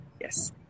Yes